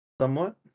somewhat